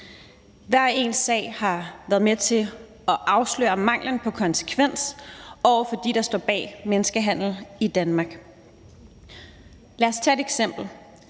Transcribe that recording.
Hver eneste sag har været med til at afsløre manglen på konsekvens over for dem, der står bag menneskehandel i Danmark. Lad os tage et eksempel,